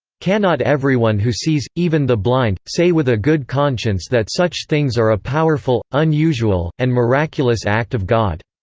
cannot everyone who sees, even the blind, say with a good conscience that such things are a powerful, unusual, and miraculous act of god?